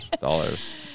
dollars